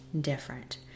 different